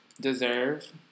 deserve